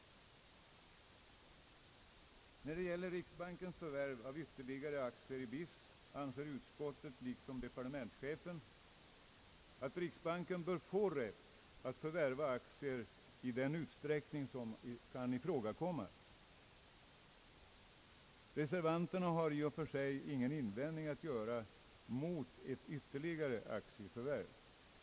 Vad beträffar riksbankens förvärv av ytterligare aktier i BIS anser utskottet, liksom departementschefen, att riksbanken bör få rätt att förvärva aktier i den utsträckning som kan ifrågakomma, Reservanterna har i och för sig ingen invändning att göra mot ytterligare aktieförvärv.